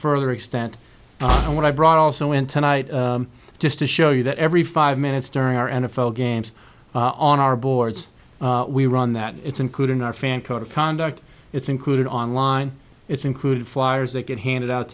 further extent and when i brought also in tonight just to show you that every five minutes during our n f l games on our boards we run that it's included in our fan code of conduct it's included online it's included flyers that get handed out